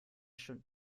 schon